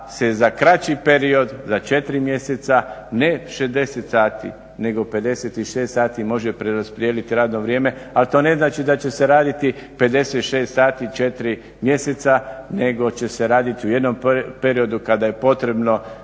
se za kraći period, za 4 mjeseca ne 60 sati nego 56 sati može preraspodijeliti radno vrijeme, ali to ne znači da će se raditi 56 sati 4 mjeseca nego će se raditi u jednom periodu kada je potrebno